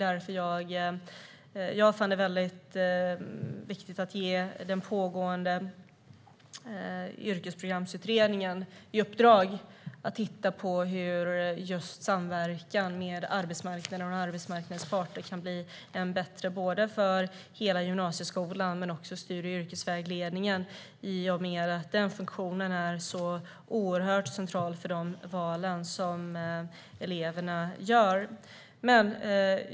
Därför fann jag det viktigt att ge den pågående Yrkesprogramsutredningen i uppdrag att titta på hur just samverkan med arbetsmarknaden och arbetsmarknadens parter kan bli ännu bättre för hela gymnasieskolan men också för studie och yrkesvägledningen i och med att den funktionen är central för de val eleverna gör.